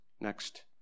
Next